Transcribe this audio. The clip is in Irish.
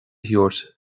thabhairt